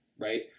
right